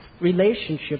relationships